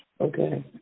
okay